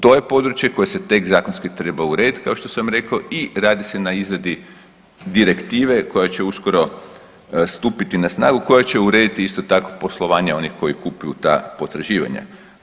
To je područje koje se tek zakonski treba urediti kao što sam rekao i radi se na izradi direktive koja će uskoro stupiti na snagu koja će isto tako urediti poslovanje onih koji kupuju ta potraživanja.